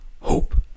hope